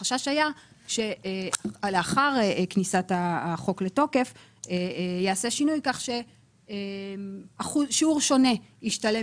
החשש היה שלאחר כניסת החוק לתוקף ייעשה שינוי כך ששיעור שונה ישתלם